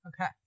Okay